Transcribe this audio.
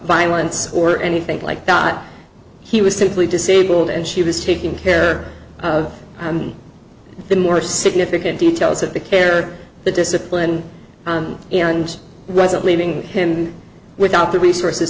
violence or anything like that he was simply disabled and she was taking care of the more significant details of the care the discipline and wasn't leaving him without the resources